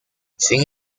sin